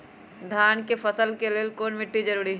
धान के फसल के लेल कौन मिट्टी जरूरी है?